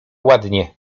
ładnie